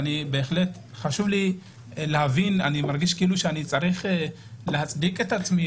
אני מרגיש כאילו אני צריך להצדיק את עצמי.